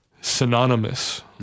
synonymous